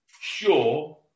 sure